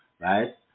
right